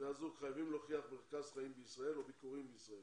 בני הזוג חייבים להוכיח מרכז חיים בישראל וביקורים בישראל,